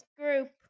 group